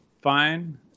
fine